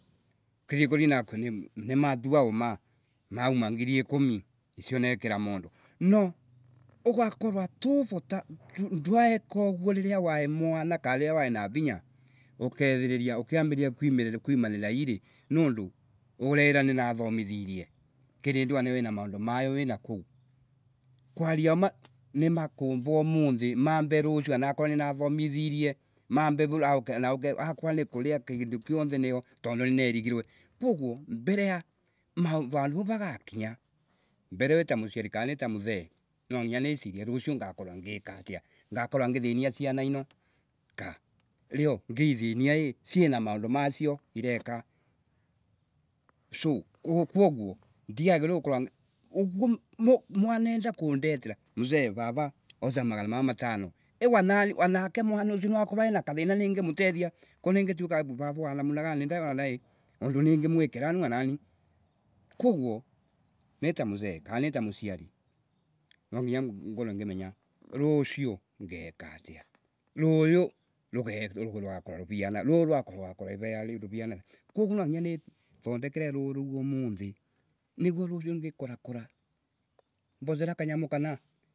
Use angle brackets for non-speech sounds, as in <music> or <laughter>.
<unintelligible> nimatua uma, mauma ngiri ikumi, icio nekira mondo, nougakorwa tu urota, ndweka uguo riria wai mwana kana riria wain a rinya, ukethiriria ukiambirir`ia, kui- kuimanira na iri, nondu ureira ni wa thomithirie, kiri wanayo ina maundu mayo nakuo. Kwaria ma nimakura, mare rucio. anakorwa nina thomithirie, mareauauka <hesitation> akorwa ni kuria kindu kiothe nio, tundo ninerigirwe. Mbere ya randu rau ragakinya. Mbere wi ta muciari kana nita muthee nanginya nicirie rucio ngakorwa ngika atya. Ngakorwa ngithania ciana ino Riq ngiithinia I ciina maundu macio ireka So koguo, ndiagirirwe gukorwa ndikomwana enda kundetera, mzee. vava. oca Magana mama matano, I wananwanake mwana ocio nwa akiorwa na kathinia ningimutethia. Ko ningitika vava wa namna gani nde undu ningimwikira ni anani. Koguo nita muthee kaa nita muciari, nwanginya ngorwe ngimenya rucio ngeka atya. Ruyu rugakorwa rurania atia ruyurugako rwaruramia. Koguo nwanginya nithondekere ruu ruo umothe niguo rucio ngikurakura mbociera kanyamu kana.